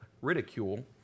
ridicule